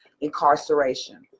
incarceration